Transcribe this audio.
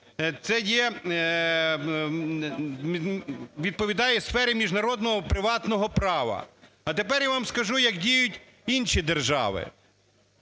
відповідає сфері міжнародного приватного права. А тепер я вам скажу, як діють інші держави